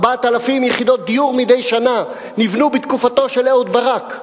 4,000 יחידות דיור מדי שנה נבנו בתקופתו של אהוד ברק.